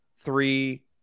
three